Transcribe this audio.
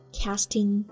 casting